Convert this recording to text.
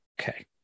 Okay